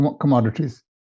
commodities